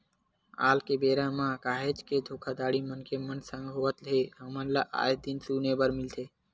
आल के बेरा म काहेच के धोखाघड़ी मनखे मन संग होवत हे हमन ल आय दिन सुने बर मिलथे